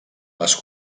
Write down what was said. les